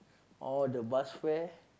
all the bus fare